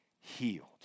healed